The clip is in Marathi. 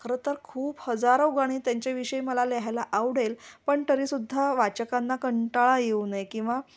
खरं तर खूप हजारो गाणी त्यांच्याविषयी मला लिहायला आवडेल पण तरी सुद्धा वाचकांना कंटाळा येऊ नये किंवा